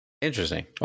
Interesting